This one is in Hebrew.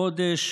חודש